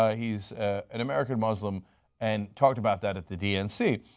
ah he is an american muslim and talked about that at the dnc.